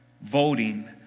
voting